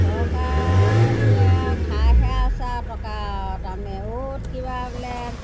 চৰকাৰবোৰে আৰু খাইহে আছে আৰু টকা আৰু তাৰমানে অ'ত কিবা বোলে